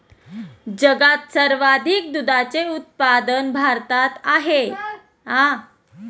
जगात सर्वाधिक दुधाचे उत्पादन भारतात आहे